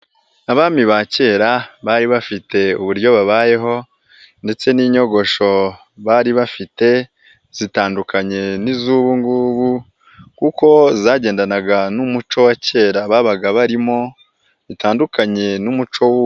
Abami ba kera bari bafite uburyo babayeho ndetse n'inyogosho bari bafite, zitandukanye n'iz'ubu ngubu kuko zagendanaga n'umuco wa kera babaga barimo, bitandukanye n'umuco w'ubu.